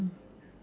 mm